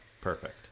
perfect